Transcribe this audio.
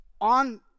on